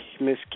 Miss